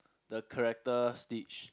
the character Stitch